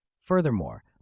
Furthermore